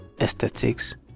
aesthetics